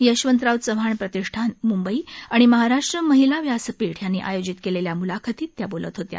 यशवंतराव चव्हाण प्रतिष्ठान मुंबई आणि महाराष्ट्र महिला व्यासपीठ यांनी आयोजित केलेल्या मुलाखतीत त्या बोलत होत्या